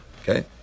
Okay